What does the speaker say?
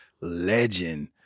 legend